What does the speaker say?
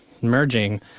merging